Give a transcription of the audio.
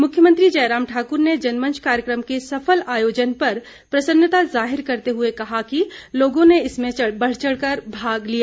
मुख्यमंत्री जयराम ठाक्र ने जनमंच कार्यक्रम के सफल आयोजन पर प्रसन्नता जाहिर करते हुए कहा कि लोगों ने इसमें बढ़चढ़ कर भाग लिया